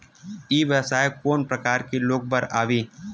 ई व्यवसाय कोन प्रकार के लोग बर आवे?